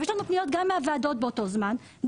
יש לנו פניות גם מהוועדות באותו זמן,